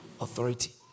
authority